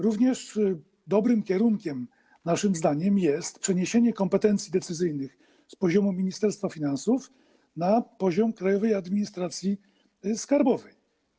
Również dobrym kierunkiem naszym zdaniem jest przeniesienie kompetencji decyzyjnych z poziomu Ministerstwa Finansów na poziom Krajowej Administracji Skarbowej.